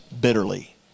bitterly